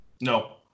No